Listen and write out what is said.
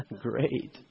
Great